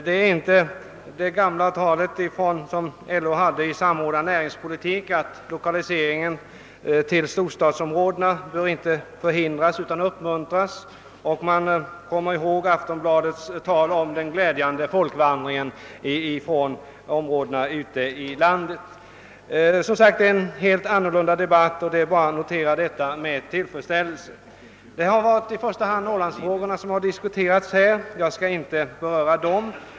Det är inte längre fråga om sådana synpunkter som man kommer ihåg från LO:s Samordnad näringspolitik att lokaliseringen till storstadsområdena inte bör förhindras — och från Aftonbladets tal om den glädjande folkvandringen från områdena ute i landet. Det har som sagt varit en helt annorlunda debatt, och det är bara att notera det med tillfredsställelse. I första hand har Norrlandsfrågorna debatterats; jag skall inte beröra dem.